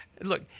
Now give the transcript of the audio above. look